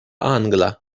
angla